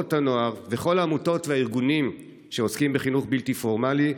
תנועות הנוער וכל העמותות והארגונים שעוסקים בחינוך בלתי פורמלי,